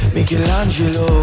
Michelangelo